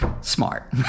smart